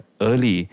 early